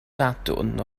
sadwrn